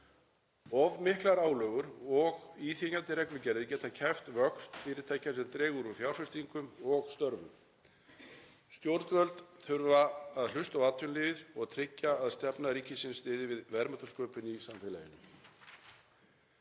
Of miklar álögur og íþyngjandi reglugerðir geta kæft vöxt fyrirtækja sem dregur úr fjárfestingum og störfum. Stjórnvöld þurfa að hlusta á atvinnulífið og tryggja að stefna ríkisins styðji við verðmætasköpun í samfélaginu.